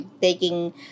taking